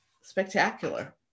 spectacular